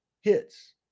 hits